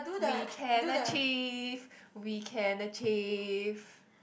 we can achieve we can achieve